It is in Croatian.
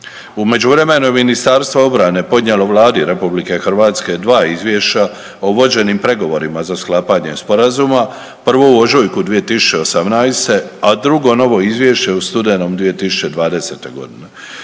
U međuvremenu je Ministarstvo obrane podnijelo Vladi RH 2 izvješća o vođenim pregovorima za sklapanje Sporazuma, prvo u ožujku 2018., a drugo novo izvješće u studenom 2020. g.